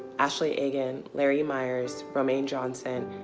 ashley agan, larry myers, romaine johnson,